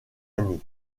année